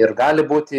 ir gali būti